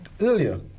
earlier